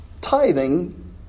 tithing